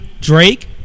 Drake